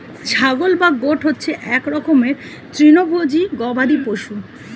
ছাগল বা গোট হচ্ছে এক রকমের তৃণভোজী গবাদি পশু